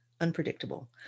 unpredictable